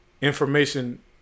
information